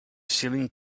ceiling